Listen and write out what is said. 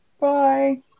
Bye